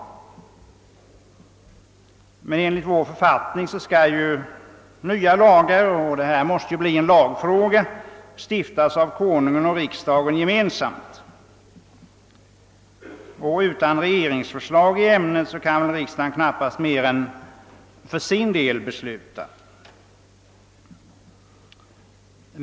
Men enligt vår författning skall nya lagar — och detta måste bli en lagfråga — stiftas av Kungl. Maj:t och riksdagen, och utan regeringsförslag i ett ämne kan riksdagen knappast göra mer än att besluta för sin del.